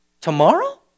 Tomorrow